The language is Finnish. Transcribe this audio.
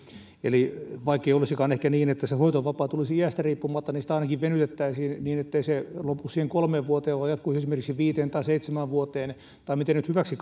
eli vaikkei olisikaan ehkä niin että se hoitovapaa tulisi iästä riippumatta niin sitä ainakin venytettäisiin niin ettei se lopu siihen kolmeen vuoteen vaan jatkuisi esimerkiksi viiteen tai seitsemään vuoteen tai miten nyt hyväksi